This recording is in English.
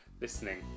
listening